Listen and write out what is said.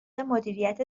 مدیریت